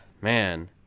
man